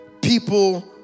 People